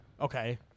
Okay